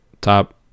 top